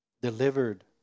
delivered